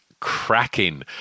Cracking